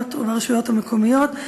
בעיירות וברשויות המקומיות,